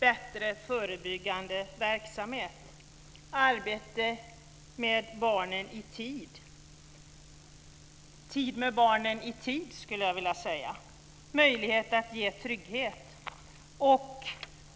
bättre förebyggande verksamhet och arbete med barnen i tid - tid med barnen i tid, skulle jag vilja säga, och möjlighet att ge trygghet.